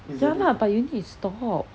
ya lah but you need to stop